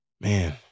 man